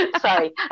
Sorry